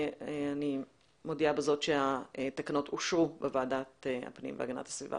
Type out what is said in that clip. אני מודיעה בזאת שהתקנות אושרו בוועדת הפנים והגנת הסביבה.